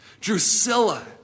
Drusilla